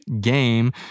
game